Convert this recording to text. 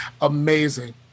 amazing